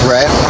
Right